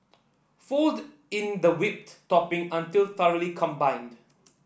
fold in the whipped topping until thoroughly combined